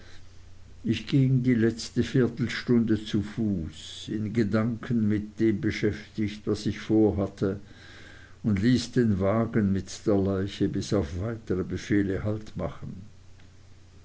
ich ging die letzte viertelstunde zu fuß in gedanken mit dem beschäftigt was ich vorhatte und ließ den wagen mit der leiche bis auf weitere befehle halt machen